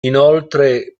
inoltre